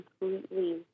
completely